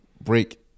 Break